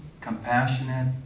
compassionate